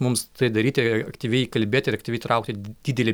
mums tai daryti aktyviai įkalbėti ir aktyviai įtraukti didelį